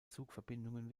zugverbindungen